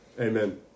Amen